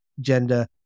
gender